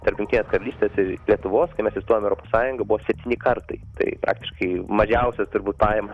tarp jungtinės karalystės ir lietuvos kai mes įstojom į europos sąjungą buvo septyni kartai tai praktiškai mažiausias turbūt pajamas